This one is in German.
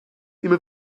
immer